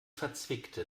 verzwickte